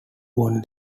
won